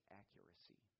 accuracy